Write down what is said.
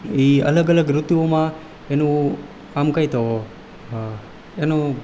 એ અલગ અલગ ઋતુઓમાં આમ કંઈ તો એનું